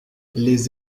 les